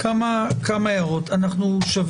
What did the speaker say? יש כבר אפילו אפיון ואנחנו בתוך שיח